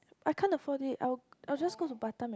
I can't afford it I will I will just go to Batam and